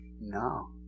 No